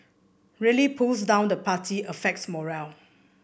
really pulls down the party affects morale